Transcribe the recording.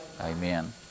Amen